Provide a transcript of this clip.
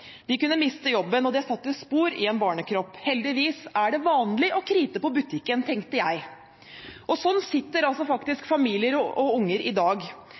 De kunne miste jobben. Det satte spor i en barnekropp. Heldigvis er det vanlig å krite på butikken, tenkte jeg. Sånn sitter faktisk familier og unger i dag